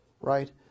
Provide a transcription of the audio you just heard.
right